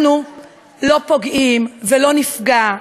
אנחנו לא פוגעים ולא נפגע,